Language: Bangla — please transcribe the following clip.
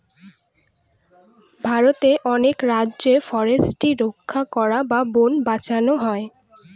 ভারতের অনেক রাজ্যে ফরেস্ট্রি রক্ষা করা বা বোন বাঁচানো হয়